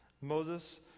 Moses